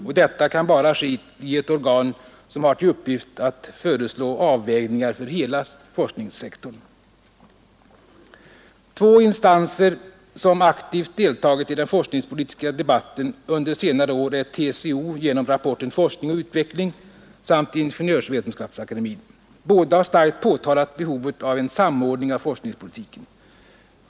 Och detta kan bara ske i ett organ som har till uppgift att föreslå avvägningar för hela forskningssektorn. Två instanser som aktivt deltagit i den forskningspolitiska debatten under senare år är TCO genom rapporten Forskning och utveckling samt Ingenjörsvetenskapsakademien . Båda har starkt påtalat behovet av en samordning av forskningspolitiken.